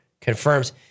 confirms